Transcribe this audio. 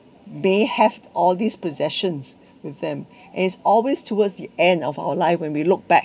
they have all these possessions with them and it's always towards the end of our life when we look back